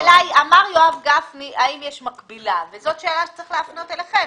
שאל יואב גפני האם יש מקבילה וזאת שאלה שצריך להפנות אליכם.